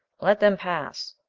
let them pass.